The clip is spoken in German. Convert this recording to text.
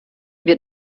wir